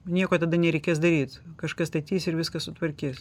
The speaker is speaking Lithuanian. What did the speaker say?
nieko tada nereikės daryt kažkas tai ateis ir viską sutvarkys